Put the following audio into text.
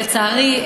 לצערי,